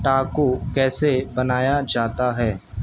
ٹاکو کیسے بنایا جاتا ہے